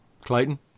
Clayton